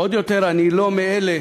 עוד יותר, אני לא מאלה